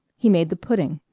he made the pudding.